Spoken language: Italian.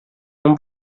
non